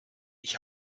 ich